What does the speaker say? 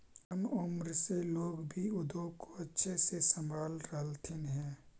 कम उम्र से लोग भी उद्योग को अच्छे से संभाल रहलथिन हे